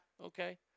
okay